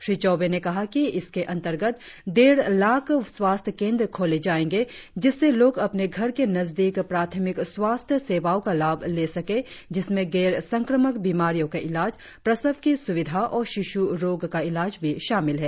श्री चौबे ने कहा कि इसके अंतर्गत डेढ़ लाख़ स्वास्थ्य केंद्र खोले जाएंगे जिससे लोग अपने घर के नजदीक प्राथमिक स्वास्थ्य सेवाओं का लाभ ले सकें जिसमें गैर संक्रामक बीमारियों का इलाज प्रसव की सुविधा और शिशु रोग का इलाज भी शामिल है